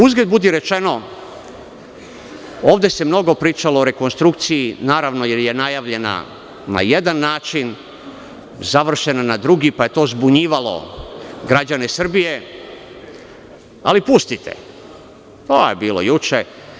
Uzgred budi rečeno, ovde se mnogo pričalo o rekonstrukciji, naravno, jer je najavljena na jedan način, završena na drugi, pa je to zbunjivalo građane Srbije, ali pustite, to je bilo juče.